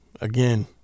again